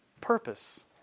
purpose